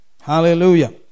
Hallelujah